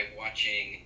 watching